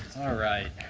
ah right.